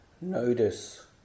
notice